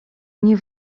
nie